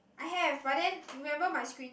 I have but then you remember my screen